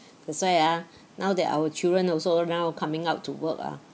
that's why ah now that our children also now coming out to work ah